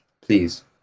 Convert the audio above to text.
Please